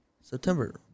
September